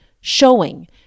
showing